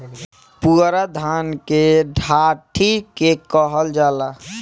पुअरा धान के डाठी के कहल जाला